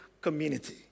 community